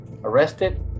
arrested